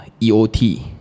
EOT